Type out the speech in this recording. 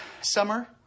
Summer